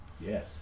Yes